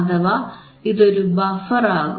അഥവാ ഇതൊരു ബഫർ ആകും